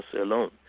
alone